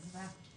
עזבה.